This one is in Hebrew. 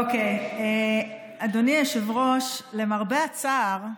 אדוני היושב-ראש, למרבה הצער,